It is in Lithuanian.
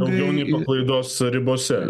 daugiau nei paklaidos ribose